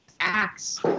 acts